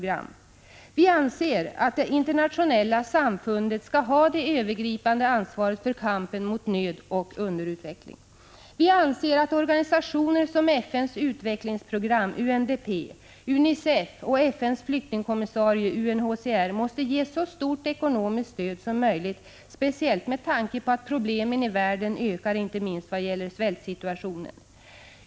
Internationellt 5 5 S / 3 utvecklingssamarbete Vi anser att det internationella samfundet skall ha det övergripande ansvaret m.m. för kampen mot nöd och underutveckling. Vi anser att organisationer som FN:s utvecklingsprogram UNDP, UNICEF och FN:s flyktingkommissarie UNHCR måste ges så stort ekonomiskt stöd som möjligt, speciellt med tanke på att problemen i världen ökar, inte minst vad gäller svältsituationen.